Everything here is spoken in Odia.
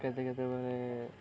କେତେ କେତେବେଳେ